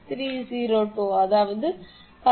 6302 அதாவது 19